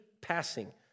passing